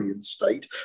state